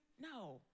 No